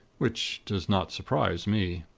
which does not surprise me.